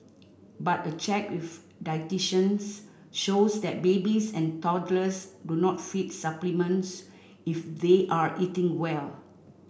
but a check with dietitians shows that babies and toddlers do not feed supplements if they are eating well